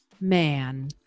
man